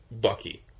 Bucky